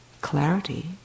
clarity